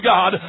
God